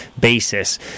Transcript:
basis